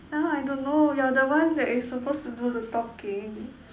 now I don't know you are the one that is supposed to do the talking